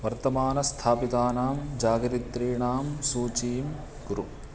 वर्तमानस्थापितानां जागरित्रीणां सूचीं कुरु